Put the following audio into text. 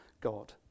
God